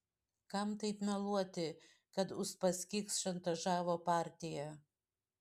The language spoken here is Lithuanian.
kam taip meluoti kad uspaskich šantažavo partiją